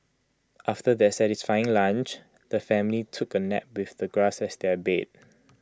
after their satisfying lunch the family took A nap with the grass as their bed